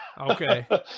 Okay